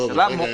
רגע.